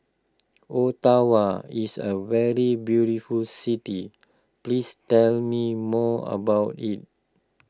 Ottawa is a very beautiful city please tell me more about it